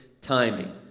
timing